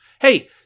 Hey